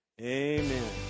amen